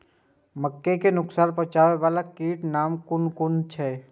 मके के नुकसान पहुँचावे वाला कीटक नाम कुन कुन छै?